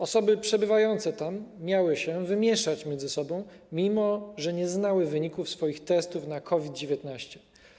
Osoby przebywające tam miały się wymieszać między sobą, mimo że nie znały wyników swoich testów na COVID-19.